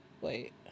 Wait